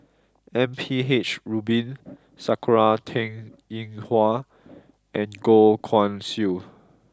M P H Rubin Sakura Teng Ying Hua and Goh Guan Siew